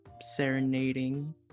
serenading